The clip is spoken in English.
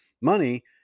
money